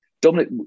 Dominic